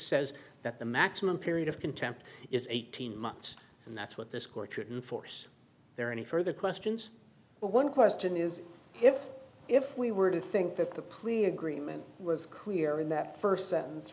says that the maximum period of contempt is eighteen months and that's what this court shouldn't force there any further questions but one question is if if we were to think that the plea agreement was clear in that first sentence